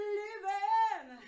living